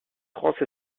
france